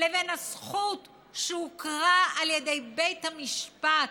לבין הזכות שהוכרה על ידי בית המשפט,